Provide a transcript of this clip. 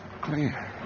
clear